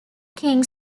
king